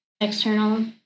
external